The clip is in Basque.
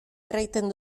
erraiten